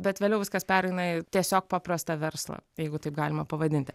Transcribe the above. bet vėliau viskas pereina į tiesiog paprastą verslą jeigu taip galima pavadinti